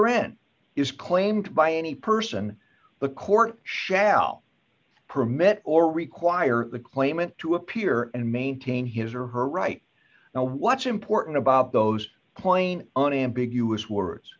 rent is claimed by any person the court shall permit or require the claimant to appear and maintain his or her right now what's important about those plain and ambiguous words